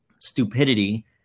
stupidity